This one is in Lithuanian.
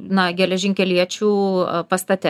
na geležinkeliečių pastate